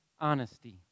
honesty